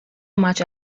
much